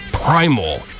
Primal